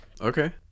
Okay